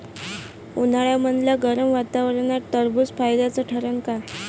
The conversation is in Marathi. उन्हाळ्यामदल्या गरम वातावरनात टरबुज फायद्याचं ठरन का?